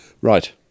Right